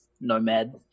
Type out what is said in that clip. nomad